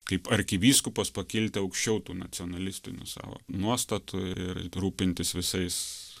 kaip arkivyskupas pakilti aukščiau tų nacionalistinių savo nuostatų ir rūpintis visais